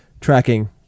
tracking